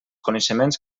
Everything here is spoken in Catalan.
coneixements